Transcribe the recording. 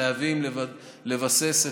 חייבים לבסס.